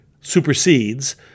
supersedes